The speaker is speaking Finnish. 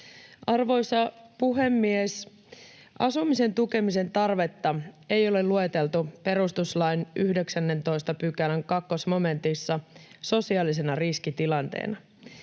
Arvoisa puhemies! Asumisen tukemisen tarvetta ei ole lueteltu perustuslain 19 § 2 mo-mentissa sosiaalisena riskitilanteena.